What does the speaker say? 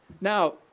Now